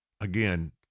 again